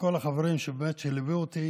לכל החברים שבאמת ליוו אותי